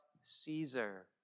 Caesar